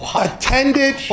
Attended